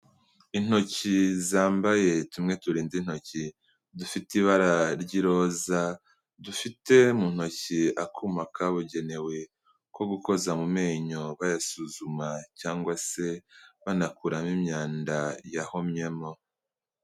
Intoki zambaye tumwe turinze intoki dufite ibara ry'iroza, dufite mu ntoki akuma kabugenewe ko gukoza mu menyo bayasuzuma cyangwa se banakuramo imyanda yahomyemo.